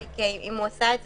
שאם הוא עשה אותה,